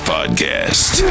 Podcast